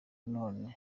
none